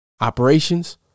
Operations